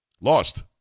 Lost